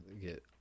get